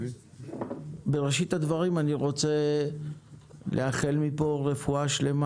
בראשית הדברים אני רוצה לאחל מפה רפואה שלמה